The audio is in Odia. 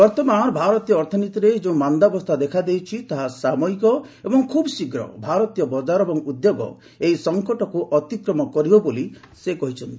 ବର୍ତ୍ତମାନ ଭାରତୀୟ ଅର୍ଥନୀତିରେ ଯେଉଁ ମାନ୍ଦାବସ୍ଥା ଦେଖାଦେଇଛି ତାହା ସାମୟିକ ଏବଂ ଖୁବ୍ ଶୀଘ୍ର ଭାରତୀୟ ବଜାର ଓ ଉଦ୍ୟୋଗ ଏହି ସଙ୍କଟକୁ ଅତିକ୍ରମ କରିବ ବୋଲି ସେ କହିଛନ୍ତି